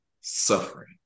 suffering